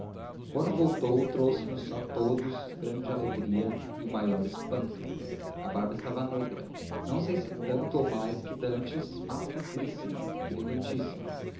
quando voltou trouxe-nos a todos grande alegria e maior espanto a barba estava negra não sei se tanto ou mais que dantes mas negríssima e